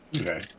Okay